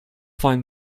find